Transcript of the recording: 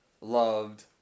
loved